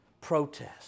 protest